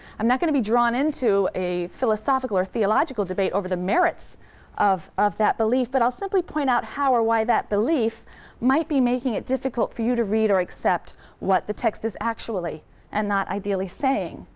i'm not going to be drawn into a philosophical or theological debate over the merits of of that belief, but i'll simply point out how or why that belief might be making it difficult for you to read or accept what the text is actually and not ideally saying,